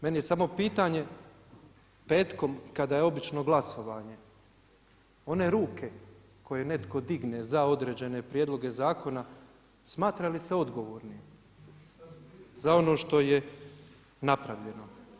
Meni je samo pitanje petkom, kada je obično glasovanje, one ruke kada netko digne za određene prijedloge zakona, smatra li se odgovornim za ono što je napravljeno?